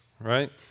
Right